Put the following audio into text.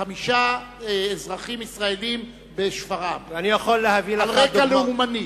חמישה אזרחים ישראלים בשפרעם על רקע לאומני.